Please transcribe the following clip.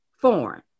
foreign